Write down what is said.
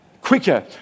quicker